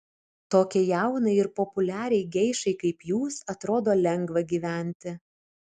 tokiai jaunai ir populiariai geišai kaip jūs atrodo lengva gyventi